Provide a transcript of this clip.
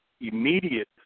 immediate